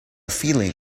feeling